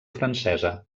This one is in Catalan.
francesa